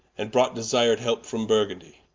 and brought desired helpe from burgundie.